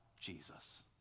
Jesus